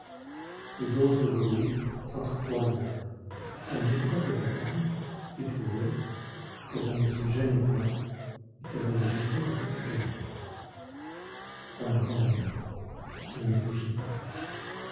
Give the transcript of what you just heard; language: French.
et d'autres bruits s'entrecroisèrent un véritable vacarme qui prouvait que l'on ne se gênait point et que l'on agissait en toute sécurité on avait raison je ne bougeai pas